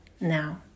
now